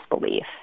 belief